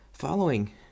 Following